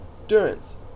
endurance